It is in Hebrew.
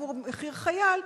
עבור חייל,